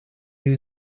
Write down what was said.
new